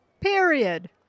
Period